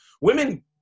Women